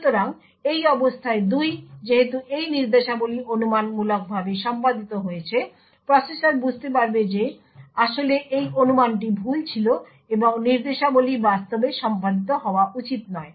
সুতরাং এই অবস্থায় 2 যেহেতু এই নির্দেশাবলী অনুমানমূলকভাবে সম্পাদিত হয়েছে প্রসেসর বুঝতে পারবে যে আসলে এই অনুমানটি ভুল ছিল এবং এই নির্দেশাবলী বাস্তবে সম্পাদিত হওয়া উচিত নয়